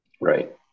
Right